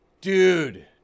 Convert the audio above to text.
dude